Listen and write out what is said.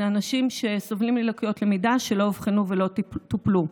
אנשים שסובלים מלקויות למידה שלא אובחנו ולא טופלו.